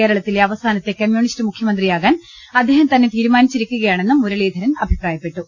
കേരളത്തിലെ അവ സാനത്തെ കമ്മ്യൂണിസ്റ്റ് മുഖ്യമന്ത്രിയാകാൻ അദ്ദേഹം തീരു മാ നി ച്ചി രി ക്കു ക യാ ണെ ന്നും തന്നെ മുരളീധരൻ അഭിപ്രായപ്പെട്ടു